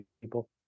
people